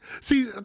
See